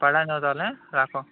পাঠিয়ে দাও তাহলে রাখ